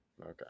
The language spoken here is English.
Okay